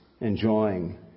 enjoying